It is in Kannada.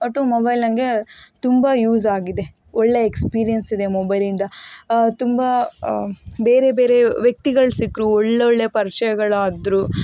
ಒಟ್ಟು ಮೊಬೈಲ್ ನನಗೆ ತುಂಬ ಯೂಸ್ ಆಗಿದೆ ಒಳ್ಳೆಯ ಎಕ್ಸ್ಪೀರಿಯೆನ್ಸ್ ಇದೆ ಮೊಬೈಲಿಂದ ತುಂಬ ಬೇರೆ ಬೇರೆ ವ್ಯಕ್ತಿಗಳು ಸಿಕ್ಕರು ಒಳ್ಳೊಳ್ಳೆ ಪರಿಚಯಗಳಾದರು